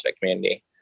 community